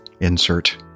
insert